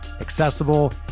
accessible